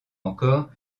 encore